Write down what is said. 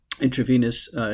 intravenous